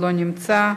לא נמצא.